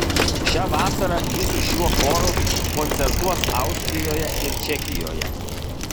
šią vasarą ji su šiuo choru koncertuos austrijoje ir čekijoje